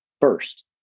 first